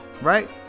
right